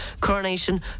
coronation